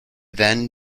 then